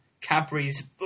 cadbury's